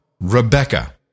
Rebecca